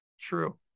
True